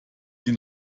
sie